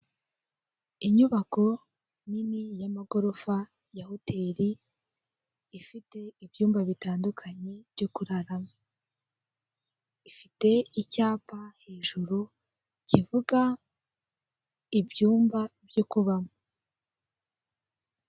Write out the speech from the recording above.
Inyubako nini y'amagorofa ya hoteri ifite ibyumba bitandukanye byo kuraramo, ifite icyapa hejuru kivuga ibyumba byo kubamo.